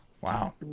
Wow